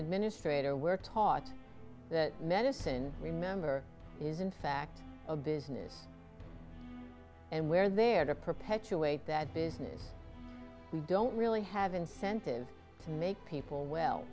administrator we're taught that medicine remember is in fact a business and we're there to perpetuate that business we don't really have an incentive to make people well